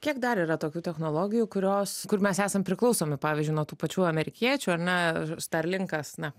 kiek dar yra tokių technologijų kurios kur mes esam priklausomi pavyzdžiui nuo tų pačių amerikiečių ar ne starlinkas na